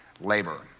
labor